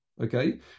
Okay